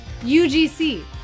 UGC